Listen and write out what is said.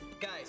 Guys